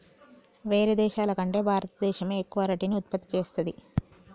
వేరే దేశాల కంటే భారత దేశమే ఎక్కువ అరటిని ఉత్పత్తి చేస్తంది